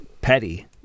petty